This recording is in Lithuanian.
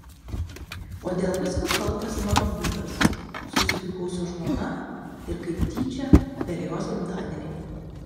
o dėl visko kaltas mano būdas susipykau su žmona ir kaip tyčia per jos gimtadienį